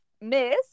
miss